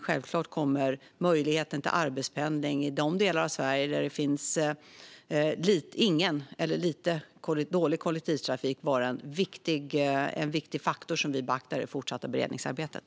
Självklart kommer möjligheten till arbetspendling i de delar av Sverige där det finns ingen eller dålig kollektivtrafik att vara en viktig faktor som vi beaktar i det fortsatta beredningsarbetet.